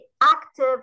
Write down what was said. active